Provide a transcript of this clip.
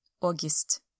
august